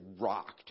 rocked